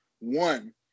one